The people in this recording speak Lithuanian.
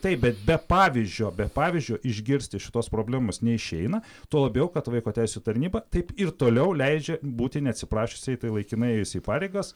taip bet be pavyzdžio be pavyzdžio išgirsti šitos problemos neišeina tuo labiau kad vaiko teisių tarnyba taip ir toliau leidžia būti neatsiprašiusiai tai laikinai ėjusiai pareigas